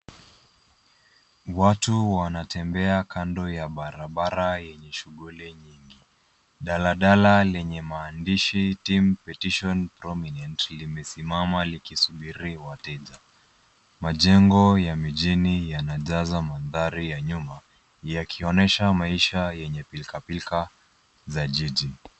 Watu wanatembea kando ya barabara yenye shughuli nyingi. Daladala lenye maandishi team petition prominent limesimama likisubiri wateja. Majengo ya mijini yanajaza mandhari ya nyuma yakionyesha maisha yenye pilkapilka za jiji.